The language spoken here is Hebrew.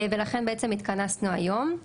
ולכן בעצם התכנסנו היום.